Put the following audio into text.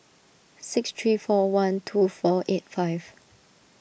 six three four one two four eight five